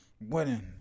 Winning